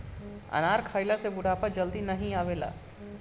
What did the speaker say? अनार खइला से बुढ़ापा जल्दी नाही आवेला